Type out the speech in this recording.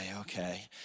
okay